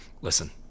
Listen